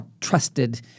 trusted